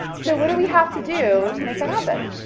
so what do we have to do to make that happen,